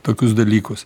tokius dalykus